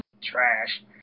trash